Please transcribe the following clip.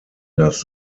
das